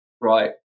right